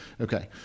Okay